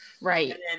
Right